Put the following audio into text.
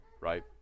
right